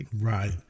Right